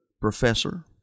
professor